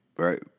Right